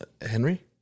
Henry